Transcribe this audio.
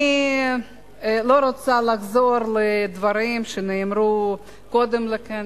אני לא רוצה לחזור על דברים שנאמרו קודם לכן,